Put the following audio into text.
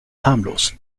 harmlos